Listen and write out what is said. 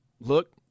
Look